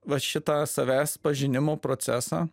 va šitą savęs pažinimo procesą